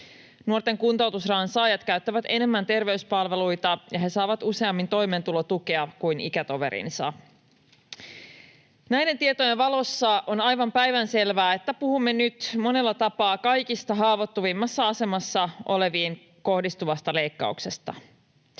nuorten kuntoutusrahan saajat käyttävät enemmän terveyspalveluita ja he saavat useammin toimeentulotukea kuin ikätoverinsa. Näiden tietojen valossa on aivan päivänselvää, että puhumme nyt monella tapaa kaikista haavoittuvimmassa asemassa oleviin kohdistuvasta leikkauksesta.